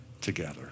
together